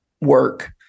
work